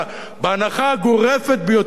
בהנחה הגורפת ביותר,